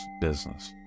business